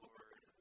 Lord